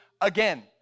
again